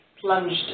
plunged